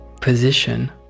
position